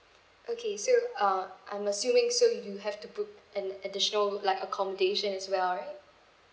okay so uh I'm assuming so you have to book an additional like accommodation as well right